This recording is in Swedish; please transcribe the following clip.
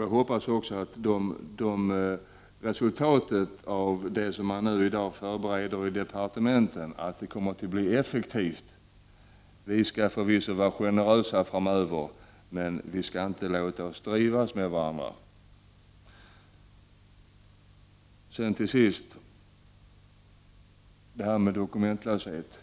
Jag hoppas också att resultatet av det man i dag förbereder i departementet kommer att bli effektivt. Vi skall förvisso vara generösa framöver, men vi skall inte låta människor driva med oss. Till sist till detta med dokumentlöshet.